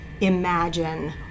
imagine